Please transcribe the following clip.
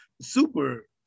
super